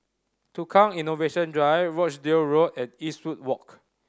Tukang Innovation Drive Rochdale Road and Eastwood Walk